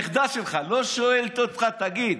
הנכדה שלך לא שואלת אותך: תגיד,